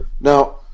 Now